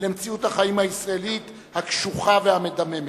למציאות החיים הישראלית הקשוחה והמדממת.